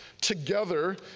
together